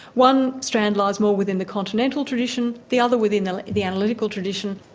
one strand lies more within the continental tradition, the other within the the analytical tradition.